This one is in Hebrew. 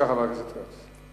חבר הכנסת כץ, בבקשה.